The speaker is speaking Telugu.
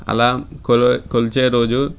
అలా కొల కొలిచే రోజు